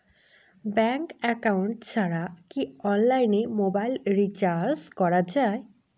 Bank account ছাড়া কি অনলাইনে মোবাইল রিচার্জ করা যায়?